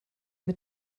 mit